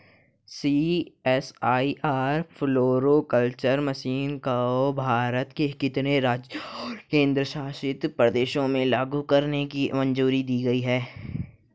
CSIR floriculture mission को भारत के कितने राज्यों और केंद्र शासित प्रदेशों में लागू करने की मंजूरी दी गई थी?